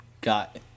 got